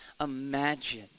Imagine